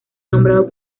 nombrado